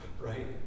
right